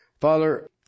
Father